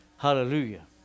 Hallelujah